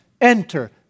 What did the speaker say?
enter